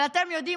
אבל אתם יודעים,